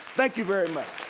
thank you very much.